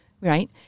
right